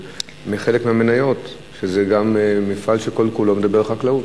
חלק מהמניות, וזה גם מפעל שכל כולו מדבר חקלאות.